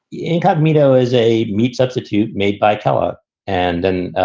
incognito is a meat substitute made by kella and and,